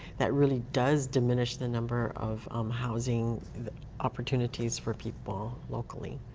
that really does diminish the number of housing opportunities for people. locally.